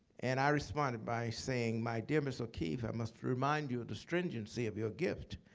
and i responded by saying, my dear ms. o'keeffe, i must remind you of the stringency of your gift.